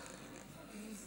ממש לא.